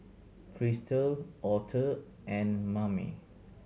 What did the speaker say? Kristal Arthur and Mame